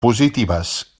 positives